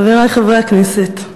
חברי חברי הכנסת,